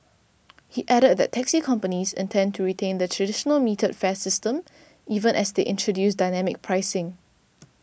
he added that taxi companies intend to retain the traditional metered fare system even as they introduce dynamic pricing